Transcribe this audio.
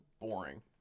boring